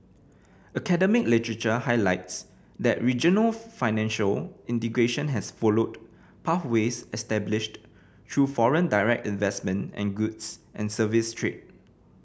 academic literature highlights that regional financial integration has followed pathways established through foreign direct investment and goods and service trade